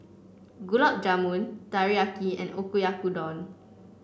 Gulab Jamun Teriyaki and Oyakodon